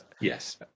yes